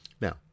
Now